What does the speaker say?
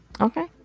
Okay